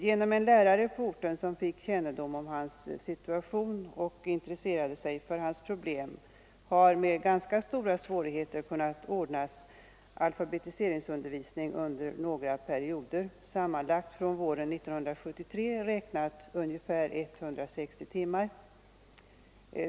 Genom en lärare på orten som fick kännedom om hans situation och intresserade sig för hans problem har det med ganska stora svårigheter kunnat ordnas alfabetiseringsundervisning under några perioder, sammanlagt från våren 1973 ungefär 160 timmar.